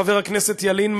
חבר הכנסת ילין,